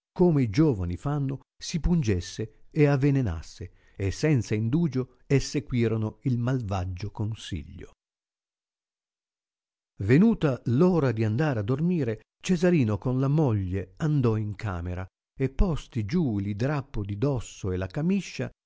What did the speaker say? come i giovani fanno si pungesse e avenenasse e senza indugio essequirono il malvaggio consiglio venuta l ora di andar a dormire cesarino con la moglie andò in camera e posti giù li drappi di dosso e la camiscia